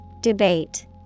Debate